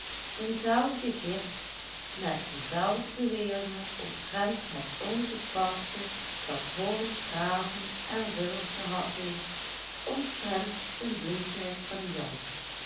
denzelfden gids met dezelfde beweringen omtrent het ongepaste dat holland graven en ridders gehad heeft omtrent den bloeitijd van jan